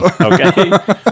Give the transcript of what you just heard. Okay